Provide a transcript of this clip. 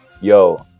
Yo